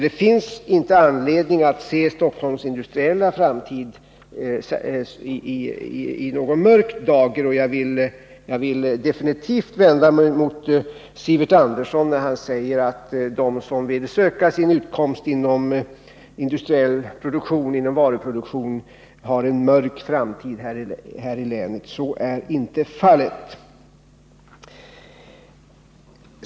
Det finns alltså inte anledning att se Stockholms industriella framtida i någon mörk dager. Jag vill definitivt vända mig mot Sivert Anderssons uttalande att de som skall söka sig en utkomst inom industriell produktion och inom varuproduktion i övrigt i det här länet, går en mörk framtid till mötes. Så är inte fallet.